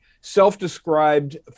self-described